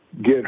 get